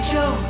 Joe